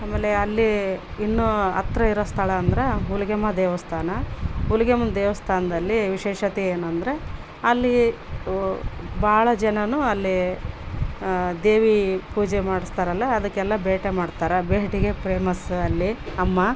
ಆಮೇಲೆ ಅಲ್ಲಿ ಇನ್ನು ಹತ್ತಿರ ಇರೋ ಸ್ಥಳ ಅಂದರೆ ಮುಲಗ್ಯಾಮ್ಮ ದೇವಸ್ಥಾನ ಮುಲಗ್ಯಾಮ್ಮನ್ನ ದೇವಸ್ಥಾನ್ದಲ್ಲಿ ವಿಶೇಷತೆ ಏನಂದರೆ ಅಲ್ಲಿ ವ ಭಾಳ ಜನನು ಅಲ್ಲಿ ದೇವಿ ಪೂಜೆ ಮಾಡ್ಸ್ತಾರಲ್ಲ ಅದಕ್ಕೆಲ್ಲ ಬೇಟೆ ಮಾಡ್ತಾರ ಬೇಟೆಗೆ ಪ್ರೇಮಸ್ ಅಲ್ಲಿ ಅಮ್ಮ